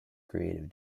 creative